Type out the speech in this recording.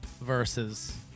versus